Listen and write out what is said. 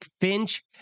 Finch